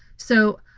so,